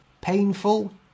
Painful